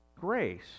grace